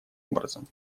образом